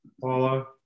Paula